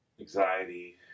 anxiety